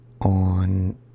on